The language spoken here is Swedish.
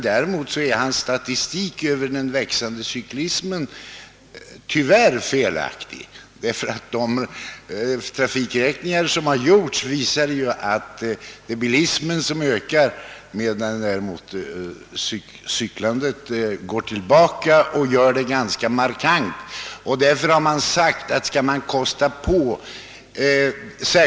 Däremot är herr Lindahls statistik över den växande cyklismen tyvärr felaktig. De trafikräkningar som har gjorts visar att bilismen ökar medan däremot cyklandet ganska markant går tillbaka.